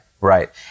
Right